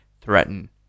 threaten